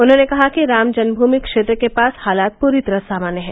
उन्होंने कहा कि राम जन्मभूमि क्षेत्र के पास हालात पूरी तरह सामान्य हैं